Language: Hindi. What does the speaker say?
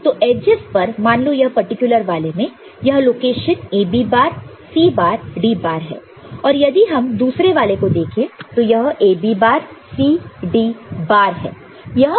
तो एडजस पर मान लो यह पर्टिकुलर वाले में यह location A B bar C bar D bar है और यदि हम दूसरे वाले को देखें तो वह A B bar C D bar है